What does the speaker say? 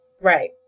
Right